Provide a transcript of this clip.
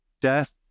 death